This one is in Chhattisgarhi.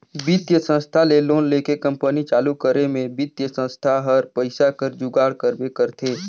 बित्तीय संस्था ले लोन लेके कंपनी चालू करे में बित्तीय संस्था हर पइसा कर जुगाड़ करबे करथे